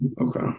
Okay